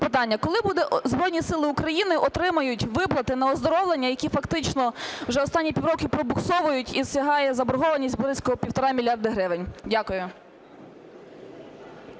питання, коли Збройні Сили України отримають виплату на оздоровлення, які фактично вже останні півроку пробуксовують і сягає заборгованість близько півтора мільярда гривень? Дякую.